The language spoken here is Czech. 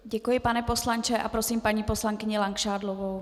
Děkuji, pane poslanče, a prosím paní poslankyni Langšádlovou.